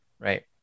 right